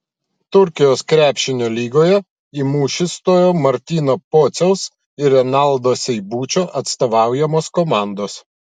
turkijos krepšinio lygoje į mūšį stojo martyno pociaus ir renaldo seibučio atstovaujamos komandos